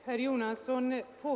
Herr talman!